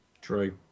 True